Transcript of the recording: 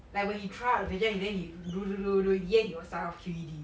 like when in class and then and then he he do do do do in the end he will sign off Q_E_D